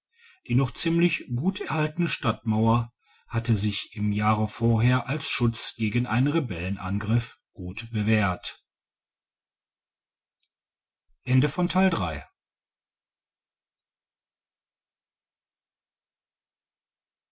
die noch ziemlich gut erhaltene stadtmauer hatte sich im jahre vorher als schutz gegen einen rebellenangriff gut bewährt